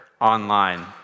Online